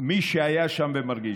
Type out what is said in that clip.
מי שהיה שם ומרגיש.